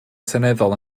seneddol